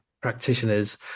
practitioners